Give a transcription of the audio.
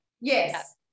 yes